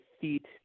feet